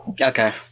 Okay